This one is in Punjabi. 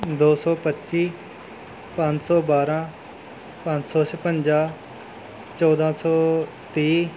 ਦੋ ਸੌ ਪੱਚੀ ਪੰਜ ਸੌ ਬਾਰਾਂ ਪੰਜ ਸੌ ਛਪੰਜਾ ਚੌਦਾਂ ਸੌ ਤੀਹ